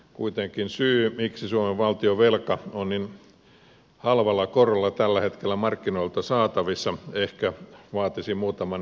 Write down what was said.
kuitenkin syy miksi suomen valtion velka on niin halvalla korolla tällä hetkellä markkinoilta saatavissa ehkä vaatisi muutaman lisähuomion